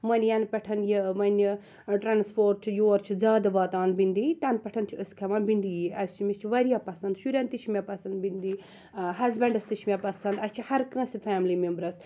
وۄنۍ یَنہٕ پٮ۪ٹھ یہِ وۄنۍ ٹرٛانٕسپوٹ چھُ یور چھُ زیادٕ واتان بِنٛڈی تَنہٕ پٮ۪ٹھ چھِ أسۍ کھیٚوان بِنٛڈیی اسہِ چھِ مےٚ چھِ واریاہ پسَنٛد شُرٮ۪ن تہِ چھِ مےٚ واریاہ پسنٛد بِنٛڈی آ ہَسبنٛڈَس تہِ چھِ مےٚ پسنٛد اسہِ چھِ ہر کٲنٛسہِ فیملی میمرَس